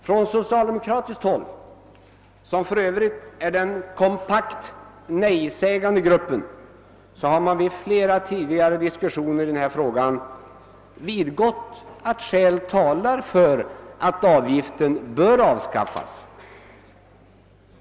Från socialdemokratiskt håll — socialdemokraterna är för övrigt den kompakt nej-sägande gruppen — har man vid flera tidigare diskussioner i denna fråga vidgått att skäl talar för att avgiften skall avskaffas.